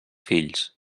fills